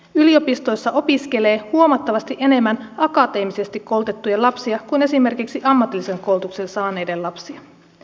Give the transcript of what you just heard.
yliopistoissa opiskelee huomattavasti enemmän akateemisesti koulutettujen lapsia kuin esimerkiksi ammatillisen koulutuksen saaneiden lapsia